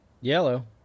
Yellow